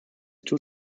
two